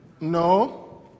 No